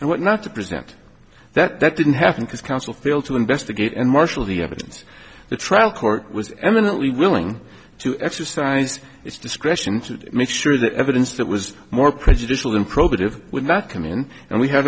and what not to present that that didn't happen because counsel failed to investigate and marshal the evidence the trial court was eminently willing to exercise its discretion to make sure that evidence that was more prejudicial than probative would not come in and we have